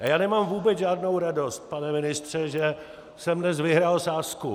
A já nemám vůbec žádnou radost, pane ministře, že jsem dnes vyhrál sázku.